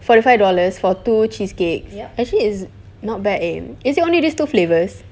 forty five dollars for two cheesecake actually it's not bad eh is it only these two flavours